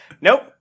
Nope